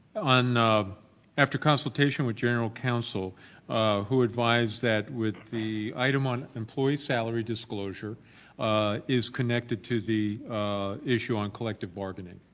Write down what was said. on after consultation with general counsel who advised that with the item on employee salary disclosure is connected to the issue on collective bargaining.